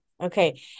Okay